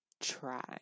try